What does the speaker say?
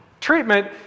Treatment